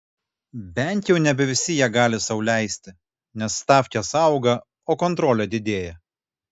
bent jau nebe visi ją gali sau leisti nes stavkės auga o kontrolė didėja